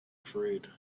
afraid